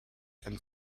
and